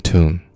Tune